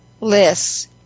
lists